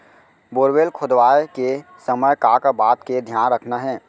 Borewell खोदवाए के समय का का बात के धियान रखना हे?